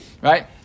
right